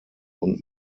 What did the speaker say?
und